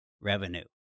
Revenue